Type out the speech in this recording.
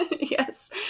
yes